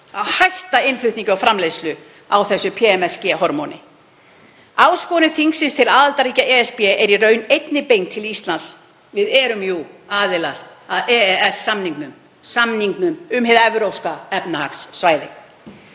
að hætta innflutningi og framleiðslu á PMSG-hormóni. Áskorun þingsins til aðildarríkja ESB er í raun einnig beint til Íslands. Við erum jú aðilar að EES-samningnum um hið Evrópska efnahagssvæði.